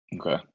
Okay